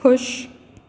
ਖੁਸ਼